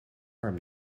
arm